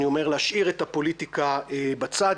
אני אומר להשאיר את הפוליטיקה בצד.